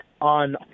on